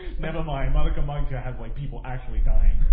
nevermind, madoka magica has like people actually dying.